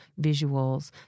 visuals